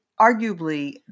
arguably